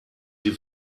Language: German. sie